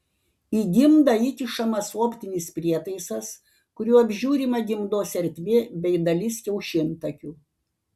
į gimdą įkišamas optinis prietaisas kuriuo apžiūrima gimdos ertmė bei dalis kiaušintakių